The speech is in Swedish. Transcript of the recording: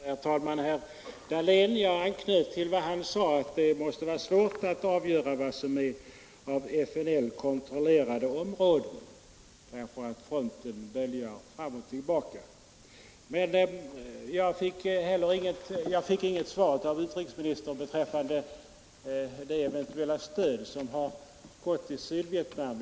Herr talman! Till herr Dahlén vill jag säga att jag inte missförstod honom utan bara anknöt till vad han sade, nämligen att det måste vara svårt att avgöra vad som är av FNL kontrollerade områden, därför att fronten böljar fram och tillbaka. Jag fick emellertid inget svar av utrikesministern beträffande det eventuella stöd som har gått till Sydvietnam.